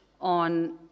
on